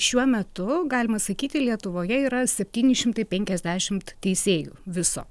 šiuo metu galima sakyti lietuvoje yra septyni šimtai penkiasdešimt teisėjų viso